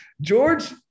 George